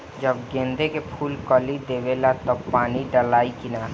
जब गेंदे के फुल कली देवेला तब पानी डालाई कि न?